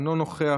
אינו נוכח,